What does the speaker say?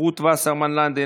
רות וסרמן לנדה,